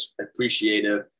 appreciative